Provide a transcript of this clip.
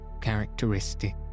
characteristic